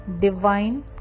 Divine